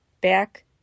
Back